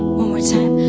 more time.